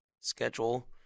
schedule